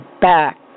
back